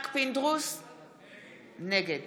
נגד